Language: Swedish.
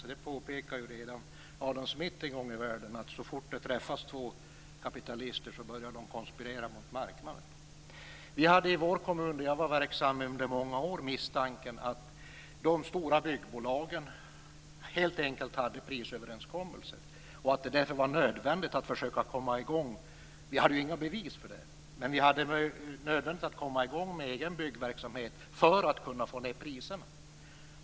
Adam Smith påpekade ju redan en gång i världen att så fort två kapitalister träffas börjar de konspirera mot marknaden. I den kommun där jag var verksam under många år hade vi misstanken att de stora byggbolagen helt enkelt hade prisöverenskommelser. Vi hade ju inga bevis för det, men det var nödvändigt att komma i gång med egen byggverksamhet för att få ned priserna.